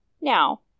Now